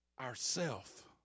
ourself